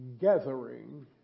gathering